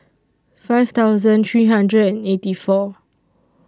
five thousand three hundred and eighty four